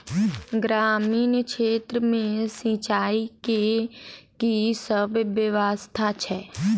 ग्रामीण क्षेत्र मे सिंचाई केँ की सब व्यवस्था छै?